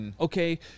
Okay